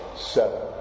Seven